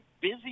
busy